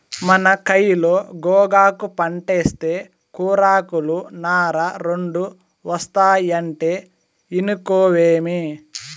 మన కయిలో గోగాకు పంటేస్తే కూరాకులు, నార రెండూ ఒస్తాయంటే ఇనుకోవేమి